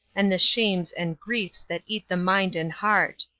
and the shames and griefs that eat the mind and heart.